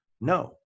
No